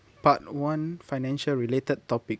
part one financial-related topic